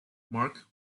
marc